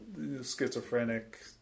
schizophrenic